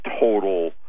total